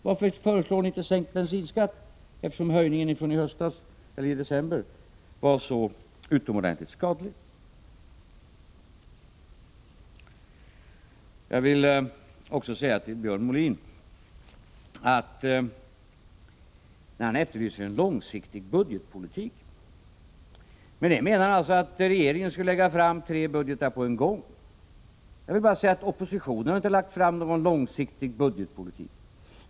Varför föreslår ni inte sänkt bensinskatt, eftersom höjningen i december var så utomordentligt skadlig? Björn Molin efterlyser en långsiktig budgetpolitik. Med det menar han alltså att regeringen skulle lägga fram tre budgetar på en gång. Jag vill bara säga att oppositionen inte har lagt fram någon långsiktig budgetpolitik.